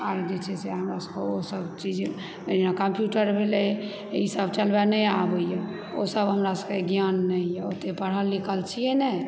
आओर जे छै से हमरा सभकेँ ओ सभ चीज जेना कंप्यूटर भेलै ईसभ चलबए नहि आबय यऽ ओसभ हमरासभकेँ ज्ञान नहि यऽ ओते पढ़ल लिखल छियै नहि